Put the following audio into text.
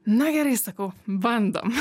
na gerai sakau bandom